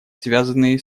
связанные